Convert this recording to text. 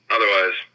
Otherwise